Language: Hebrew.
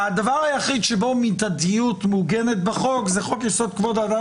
הדבר היחיד שבו מידתיות מעוגנת בחוק זה חוק-יסוד: כבוד האדם